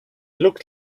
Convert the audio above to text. looked